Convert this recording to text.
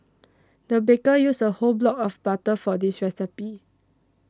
the baker used a whole block of butter for this recipe